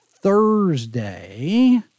Thursday